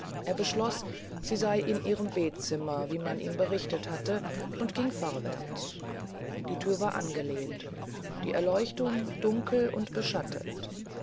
er schloß sie sey in ihrem betzimmer wie man ihm berichtet hatte und ging vorwärts die thür war angelehnt die erleuchtung dunkel und beschattet